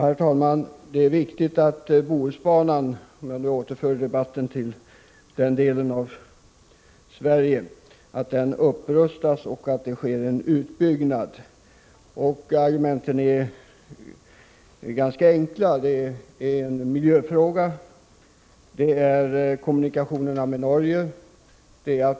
Herr talman! Det är viktigt att Bohusbanan rustas upp och byggs ut — jag återför nu debatten till den delen av Sverige. Argumenten är ganska enkla. Det är en miljöfråga. Det gäller kommunikationerna med Norge.